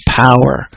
power